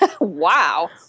Wow